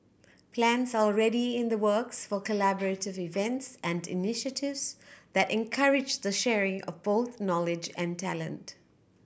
plans are already in the works for collaborative events and initiatives that encourage the sharing of both knowledge and talent